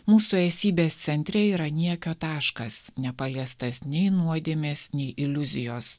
mūsų esybės centre yra niekio taškas nepaliestas nei nuodėmės nei iliuzijos